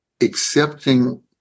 accepting